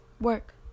work